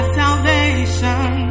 salvation